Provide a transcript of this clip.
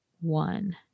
One